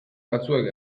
batzuek